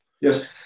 Yes